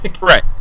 right